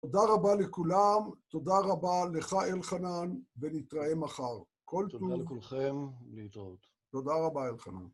תודה רבה לכולם, תודה רבה לך אלחנן, ונתראה מחר. כל טוב. תודה לכולכם, להתראות. תודה רבה אלחנן.